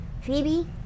Phoebe